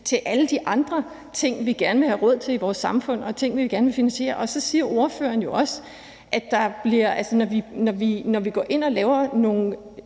til alle de andre ting, vi gerne vil have råd til i vores samfund, og ting, vi gerne vil finansiere. Så siger ordføreren også, at når vi går ind og laver nogle